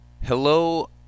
Hello